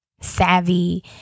savvy